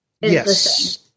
Yes